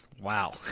Wow